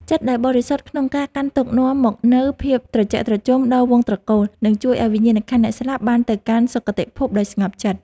ចិត្តដែលបរិសុទ្ធក្នុងការកាន់ទុក្ខនាំមកនូវភាពត្រជាក់ត្រជុំដល់វង្សត្រកូល និង ជួយឱ្យវិញ្ញាណក្ខន្ធអ្នកស្លាប់បានទៅកាន់សុគតិភពដោយស្ងប់ចិត្ត។